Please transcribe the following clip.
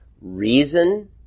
Reason